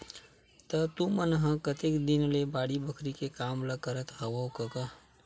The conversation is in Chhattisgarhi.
त तुमन ह कतेक दिन ले बाड़ी बखरी के काम ल करत हँव कका?